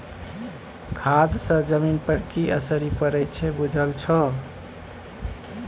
खाद सँ जमीन पर की असरि पड़य छै बुझल छौ